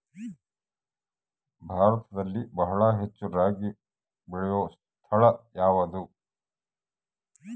ಭಾರತದಲ್ಲಿ ಬಹಳ ಹೆಚ್ಚು ರಾಗಿ ಬೆಳೆಯೋ ಸ್ಥಳ ಯಾವುದು?